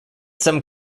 some